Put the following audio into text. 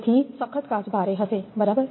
તેથી સખત કાચ ભારે હશે બરાબર